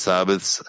Sabbaths